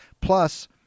Plus